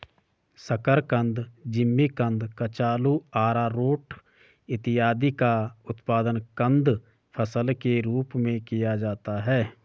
शकरकंद, जिमीकंद, कचालू, आरारोट इत्यादि का उत्पादन कंद फसल के रूप में किया जाता है